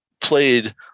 played